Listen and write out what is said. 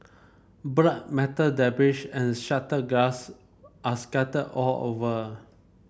blood metal debris and shattered glass are scattered all over